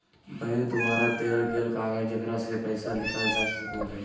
bank द्वारा देल गेल कागज जेकरा से पैसा निकाल सको हइ